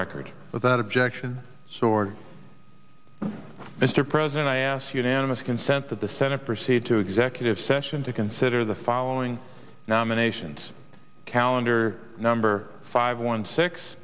record without objection sword mr president i ask unanimous consent that the senate proceed to executive session to consider the following nominations calendar number five one six